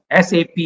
SAP